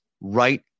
right